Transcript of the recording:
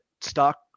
stock